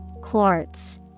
Quartz